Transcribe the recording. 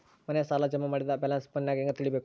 ಮನೆ ಸಾಲ ಜಮಾ ಮಾಡಿದ ಬ್ಯಾಲೆನ್ಸ್ ಫೋನಿನಾಗ ಹೆಂಗ ತಿಳೇಬೇಕು?